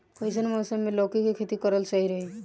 कइसन मौसम मे लौकी के खेती करल सही रही?